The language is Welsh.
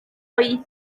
oedi